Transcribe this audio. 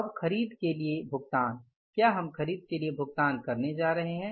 अब खरीद के लिए भुगतान क्या हम खरीद के लिए भुगतान करने जा रहे हैं